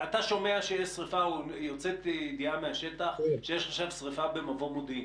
אתה שומע שיש שרפה או יוצאת ידיעה מהשטח שיש עכשיו שרפה במבוא מודיעין,